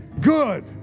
good